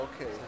Okay